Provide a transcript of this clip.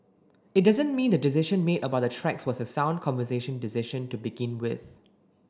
it doesn't mean the decision made about the tracks was a sound conversation decision to begin with